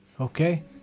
okay